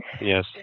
Yes